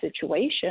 situation